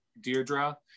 Deirdre